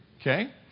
Okay